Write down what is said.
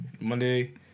Monday